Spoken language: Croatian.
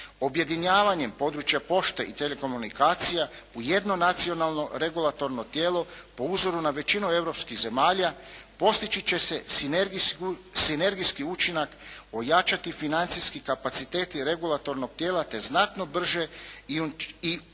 Objedinjavanjem područja pošte i telekomunikacija u jedno nacionalno regulatorno tijelo po uzoru na većinu europskih zemalja postići će se sinergijski učinak, ojačati financijski kapaciteti regulatornog tijela te znatno brže i učinkovitije